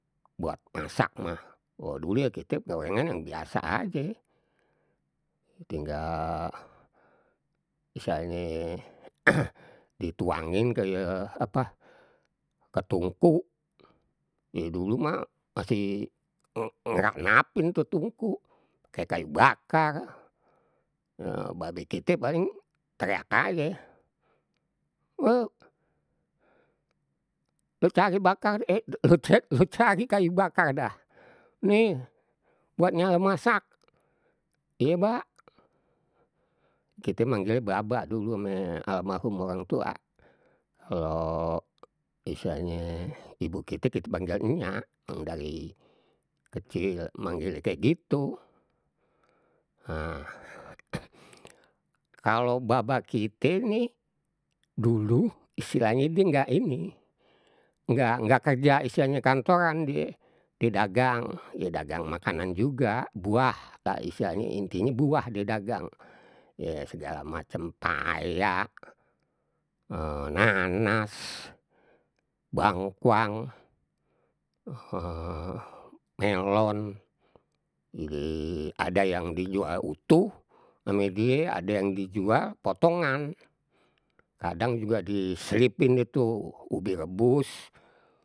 Buat masak mah, wa dulu kite yang biasa aje, tinggal misalnye dituangin kaya apa ketungku ye dulu mah masih ngerak napin tuh tungku kayak kayu bakar, babe kite paling teriak aje, le lu cari bakar eh lu cari kayak bakar dah, nih buat nyala masak, iye ba kite manggilnya babak dulu ame almarhum orang tua, kalau istilahnye ibu kite, kite manggilnye enyak dari kecil manggilnya kayak gitu. Nah kalo babak kita nih dulu istilahnye die nggak ini nggak nggak kerja istilahnye kantoran die, die dagang ya dagang makanan juga buah lah istilahnye intinye buah die dagang, ye segala macem payak, nanas, bangkuang, melon ye ada yang dijual utuh ame die ada yang dijual potongan. Kadang juga diselipin itu ubi rebus.